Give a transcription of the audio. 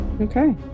Okay